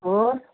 ਹੋਰ